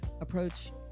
approach